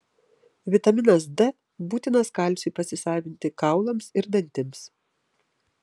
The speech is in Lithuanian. vitaminas d būtinas kalciui pasisavinti kaulams ir dantims